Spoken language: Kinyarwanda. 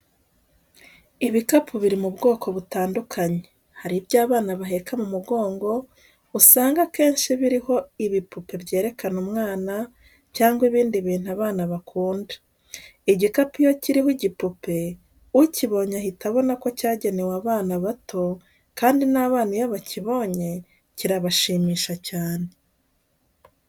Ibikapu biri mu bwoko butandukanye, hari ibyo abana baheka mu mugongo, usanga akenshi biriho ibipupe byerekana umwana cyangwa ibindi bintu abana bakunda. Igikapu iyo kiriho igipupe, ukibonye ahita abona ko cyagenewe abana bato kandi n'abana iyo bakibonye kirabashimisha cyane.